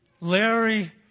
Larry